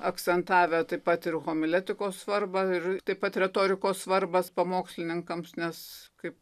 akcentavę taip pat ir homiletikos svarbą ir taip pat retorikos svarbą pamokslininkams nes kaip